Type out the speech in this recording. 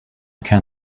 can